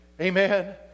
Amen